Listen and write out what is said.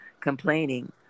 complaining